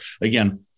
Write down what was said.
again